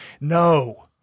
No